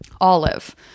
olive